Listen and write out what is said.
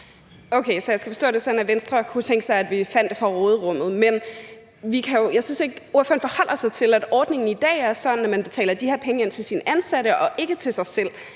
Okay, så jeg skal forstå det sådan, at Venstre kunne tænke sig, at vi fandt det fra råderummet. Men jeg synes ikke, ordføreren forholder sig til, at ordningen i dag er sådan, at man betaler de her penge ind til sine ansatte og ikke til sig selv.